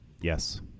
Yes